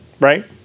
Right